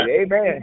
Amen